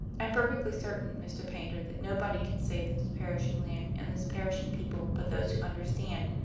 i am perfectly certain, mr. paynter, that nobody can save this perishing land and this perishing people but those who understand.